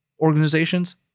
organizations